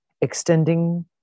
extending